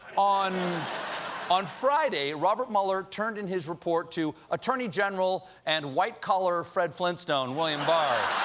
on on friday, robert mueller turned in his report to attorney general and white-collar fred flintstone, william barr.